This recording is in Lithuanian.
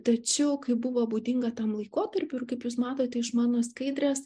tačiau kaip buvo būdinga tam laikotarpiui ir kaip jūs matote iš mano skaidrės